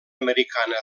americana